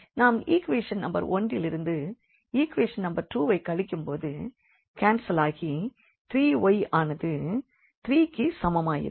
நாம் equation number 1 லிருந்து equation number 2 ஐக் கழிக்கும் போது கேன்சலாகி 3y ஆனது 3 க்குச் சமமாயிருக்கும்